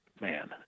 man